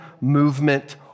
movement